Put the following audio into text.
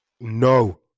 No